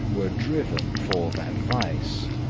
were driven for that vice,